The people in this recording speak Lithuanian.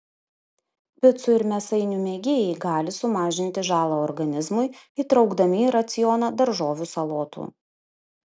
picų ir mėsainių mėgėjai gali sumažinti žalą organizmui įtraukdami į racioną daržovių salotų